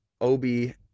obi